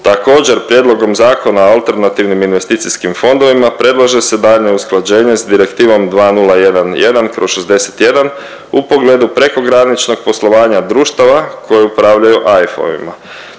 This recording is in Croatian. Također prijedlogom Zakona o alternativnim investicijskim fondovima predlaže se daljnje usklađenje s direktivom 2011/61 u pogledu prekograničnog poslovanja društava koji upravljaju AIF-ovima.